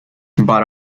but